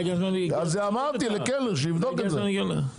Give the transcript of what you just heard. אמרתי לקלנר שיבדוק את זה.